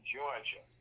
Georgia